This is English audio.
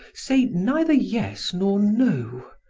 say neither yes nor no.